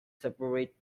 separate